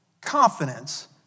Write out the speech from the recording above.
confidence